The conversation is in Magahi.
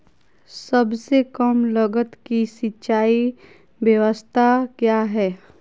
सबसे कम लगत की सिंचाई ब्यास्ता क्या है?